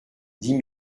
dix